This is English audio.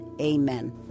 Amen